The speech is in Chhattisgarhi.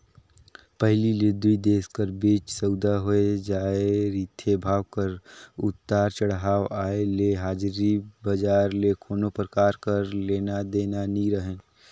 पहिली ले दुई देश कर बीच सउदा होए जाए रिथे, भाव कर उतार चढ़ाव आय ले हाजरी बजार ले कोनो परकार कर लेना देना नी रहें